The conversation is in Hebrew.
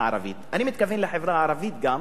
אני מתכוון גם לחברה הערבית,